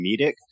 comedic